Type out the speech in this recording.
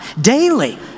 daily